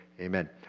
Amen